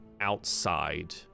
outside